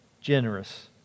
generous